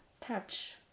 touch